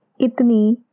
itni